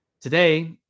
Today